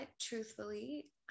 Truthfully